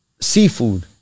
seafood